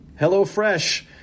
HelloFresh